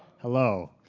Hello